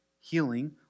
healing